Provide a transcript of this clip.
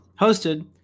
hosted